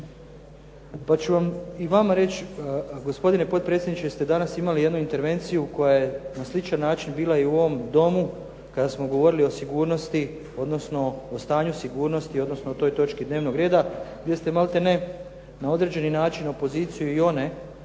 Pa ću i vama reći, gospodine potpredsjedniče, jeste danas imali jednu intervenciju koja je na sličan način bila i u ovom Domu kada smo govorili o sigurnosti, odnosno o stanju sigurnosti, odnosno o toj točki dnevnog reda, gdje ste malte ne na određeni način opoziciju i one